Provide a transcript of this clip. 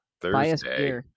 thursday